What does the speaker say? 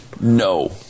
no